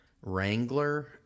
Wrangler